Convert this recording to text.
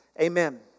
Amen